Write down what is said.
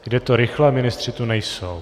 Jde to rychle, ministři tu nejsou.